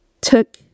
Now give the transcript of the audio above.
took